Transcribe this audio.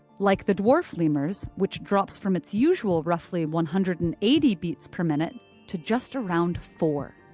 like the dwarf lemur's, which drops from its usual roughly one hundred and eighty beats per minute to just around four.